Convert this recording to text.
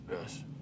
Yes